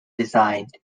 designed